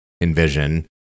envision